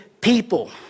people